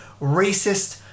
racist